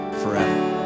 forever